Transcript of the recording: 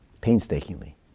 painstakingly